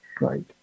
right